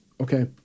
Okay